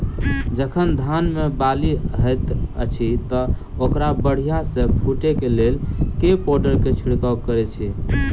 जखन धान मे बाली हएत अछि तऽ ओकरा बढ़िया सँ फूटै केँ लेल केँ पावडर केँ छिरकाव करऽ छी?